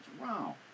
Wow